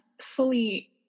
fully